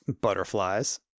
Butterflies